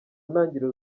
ntangiriro